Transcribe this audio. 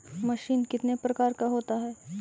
Machine कितने प्रकार का होता है?